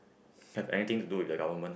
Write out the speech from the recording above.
have anything to do with the government